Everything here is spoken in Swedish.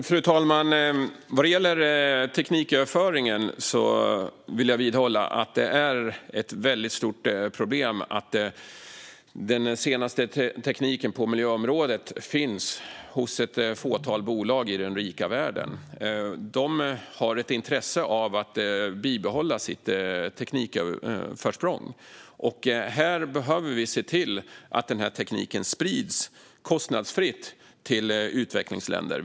Fru talman! Vad gäller tekniköverföringen vidhåller jag att det är ett väldigt stort problem att den senaste tekniken på miljöområdet finns hos ett fåtal bolag i den rika världen. De har ett intresse av att bibehålla sitt teknikförsprång. Vi behöver se till att tekniken sprids, kostnadsfritt, till utvecklingsländer.